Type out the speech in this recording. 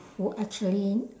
who actually